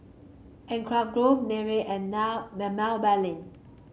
grove Nivea and now